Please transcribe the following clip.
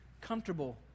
comfortable